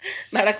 भाँडा कु